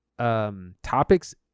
Topics